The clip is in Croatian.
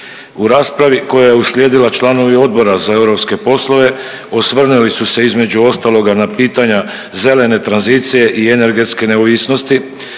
U raspravi koja je uslijedila članovi Odbora za europske poslove osvrnuli su se između ostaloga na pitanja zelene tranzicije i energetske neovisnosti,